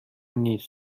نیست